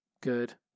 good